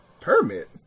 permit